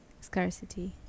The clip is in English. scarcity